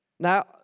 Now